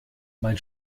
mein